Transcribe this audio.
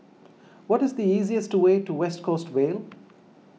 what is the easiest way to West Coast Vale